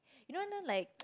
you know know like